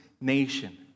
nation